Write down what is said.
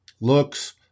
Looks